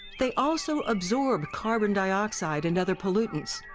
they also absorb carbon dioxide and other pollutants.